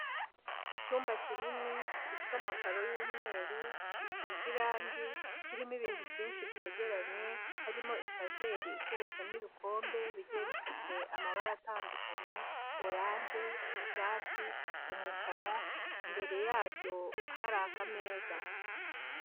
Icyumba kinini gifite amakaro y'umweru gisize irange, kirimo ibintu byinshi byegeranye, harimo etajeri iteretsemo ibikombe bigiye bifite amabara atandukanye, oranje, icyatsi, umukara, imbere yabyo hari akameza.